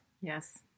yes